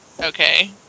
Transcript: Okay